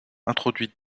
introduite